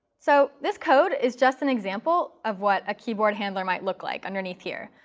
so this code is just an example of what a keyboard handler might look like underneath here,